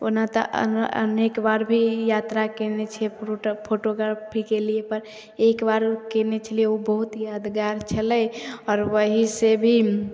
ओना तऽ आहाँ अनेक बार भी यात्रा कयने छियै फ्रोट फोटोग्राफी केलियै पर एक बार ओ कयने छलियै ओ बहुत यादगार छलै आओर वहीँ से भी